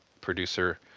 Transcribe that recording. producer